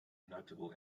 notable